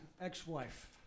ex-wife